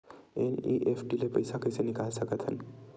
NEFT ले पईसा कइसे निकाल सकत हन?